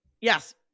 Yes